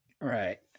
right